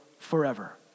forever